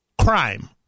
Crime